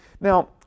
Now